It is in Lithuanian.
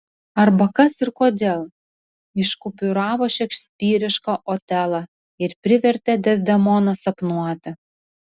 arba kas ir kodėl iškupiūravo šekspyrišką otelą ir privertė dezdemoną sapnuoti